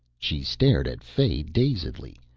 she stared at fay dazedly,